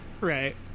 right